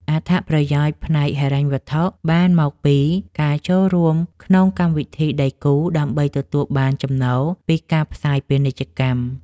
អត្ថប្រយោជន៍ផ្នែកហិរញ្ញវត្ថុបានមកពីការចូលរួមក្នុងកម្មវិធីដៃគូ ដើម្បីទទួលបានចំណូលពីការផ្សាយពាណិជ្ជកម្ម។